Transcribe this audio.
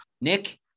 Nick